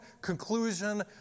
conclusion